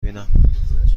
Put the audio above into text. بینم